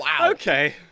Okay